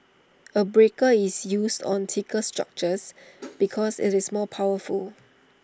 A breaker is used on thicker structures because IT is more powerful